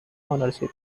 ownership